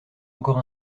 encore